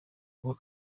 ako